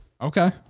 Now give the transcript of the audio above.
Okay